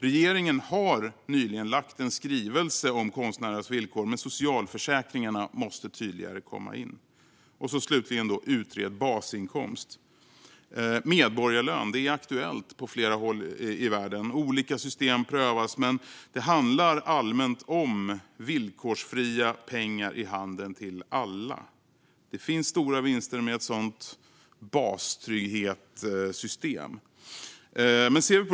Regeringen har nyligen lagt en skrivelse om konstnärernas villkor, men socialförsäkringarna måste komma in tydligare. Slutligen och för det tredje handlar det om att utreda basinkomst. Medborgarlön är aktuellt på flera håll i världen. Olika system prövas, men det handlar allmänt om villkorsfria pengar i handen till alla. Det finns stora vinster med ett sådant bastrygghetssystem.